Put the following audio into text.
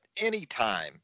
anytime